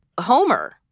Homer